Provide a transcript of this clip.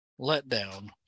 letdown